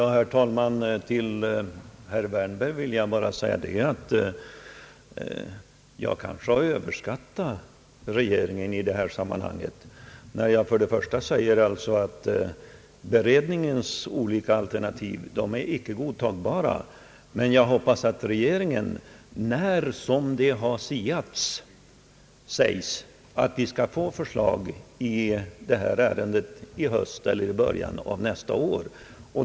Herr talman! Till herr Wärnberg vill jag bara säga att jag kanske överskattat regeringen i detta sammanhang. Jag har sagt att beredningens olika alternativ inte är godtagbara. Det har emellertid siats att regeringen kommer att lägga fram förslag i detta ärende i höst eller i början av nästa år.